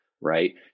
right